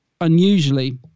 unusually